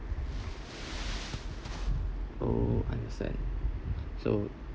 oh understand so